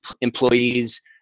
employees